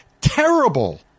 terrible